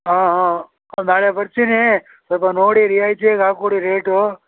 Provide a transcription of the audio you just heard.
ಹಾಂ ಹಾಂ ಹಾಂ ನಾಳೆ ಬರ್ತೀನಿ ಸ್ವಲ್ಪ ನೋಡಿ ರಿಯಾಯ್ತಿಗೆ ಹಾಕಿಕೊಡಿ ರೇಟು